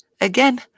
Again